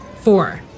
Four